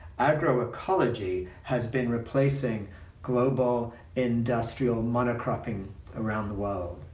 agro-ecology has been replacing global industrial mono-cropping around the world.